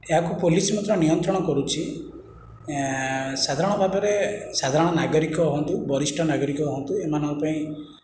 ଏହାକୁ ପୋଲିସ ମଧ୍ୟ ନିୟନ୍ତ୍ରଣ କରୁଛି ସାଧାରଣ ଭାବରେ ସାଧାରଣ ନାଗରିକ ହୁଅନ୍ତୁ ବରିଷ୍ଠ ନାଗରିକ ହୁଅନ୍ତୁ ଏମାନଙ୍କ ପାଇଁ